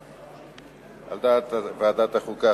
על דעת ועדת החוקה,